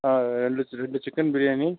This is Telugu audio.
రెండు రెండు చికెన్ బిర్యానీ